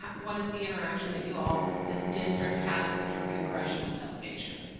what is the interaction that you all, this district has with your congressional delegation?